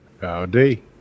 Howdy